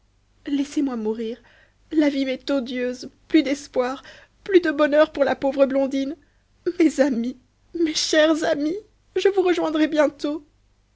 laissez-moi mourir la vie m'est odieuse plus d'espoir plus de bonheur pour la pauvre blondine mes amis mes chers amis je vous rejoindrai bientôt